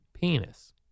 penis